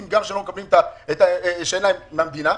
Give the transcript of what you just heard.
מהמדינה,